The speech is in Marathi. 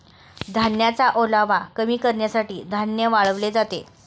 धान्याचा ओलावा कमी करण्यासाठी धान्य वाळवले जाते